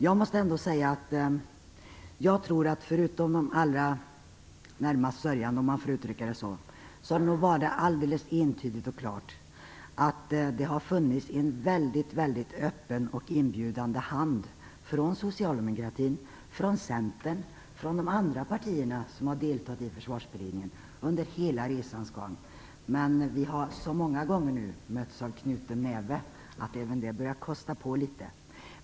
Jag tror ändå att förutom de allra närmast sörjande - om jag får uttrycka det så - må det vara alldeles entydigt och klart att det har funnits en öppen och inbjudande hand från socialdemokratin, Centern och från de andra partier som deltagit i Försvarsberedningens arbete under hela resans gång, men vi har så många gånger nu mötts av knuten näve att även det börjar kosta på litet.